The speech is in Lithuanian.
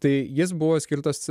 tai jis buvo skirtas